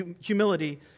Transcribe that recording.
humility